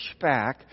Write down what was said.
pushback